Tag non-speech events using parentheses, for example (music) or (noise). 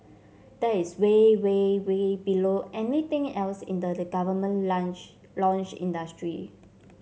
that is way way way below anything else in the (unintelligible) government launch (unintelligible) industry